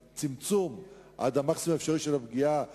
הצמצום עד המקסימום האפשרי של הפגיעה בחיילות,